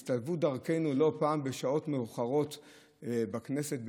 לא פעם הצטלבו דרכינו בשעות מאוחרות בכנסת,